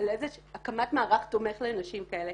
הקמת מערך תומך לנשים כאלה